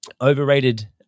Overrated